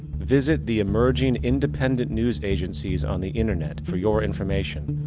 visit the emerging independent news agencies on the internet for your information.